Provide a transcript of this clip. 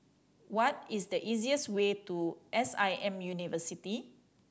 what is the easiest way to S I M University